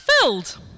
filled